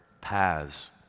paths